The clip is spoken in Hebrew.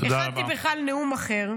הכנתי בכלל נאום אחר.